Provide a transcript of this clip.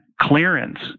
clearance